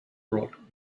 brought